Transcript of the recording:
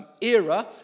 era